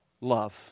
love